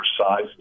size